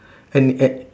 and at